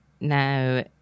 Now